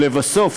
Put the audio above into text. לבסוף,